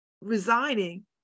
resigning